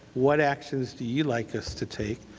what actions do you like us to take?